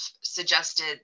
suggested